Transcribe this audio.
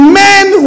men